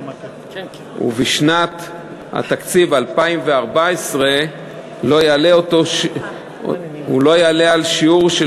ובשנת התקציב 2014 הוא לא יעלה על שיעור של